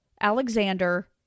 Alexander